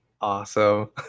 awesome